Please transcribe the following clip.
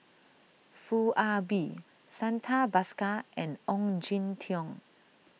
Foo Ah Bee Santha Bhaskar and Ong Jin Teong